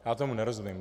Já tomu nerozumím.